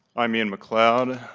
i'm ian mcleod.